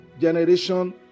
generation